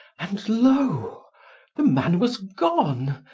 and lo the man was gone,